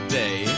day